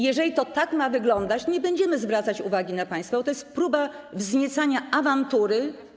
Jeżeli to ma tak wyglądać, nie będziemy zwracać uwagi na państwa, bo to jest próba wzniecania awantury.